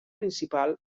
principal